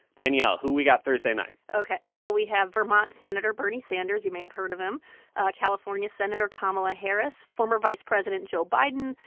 danielle, who we got thursday night? ok. so we have vermont senator bernie sanders you may have heard of him california senator kamala harris, former vice president joe biden,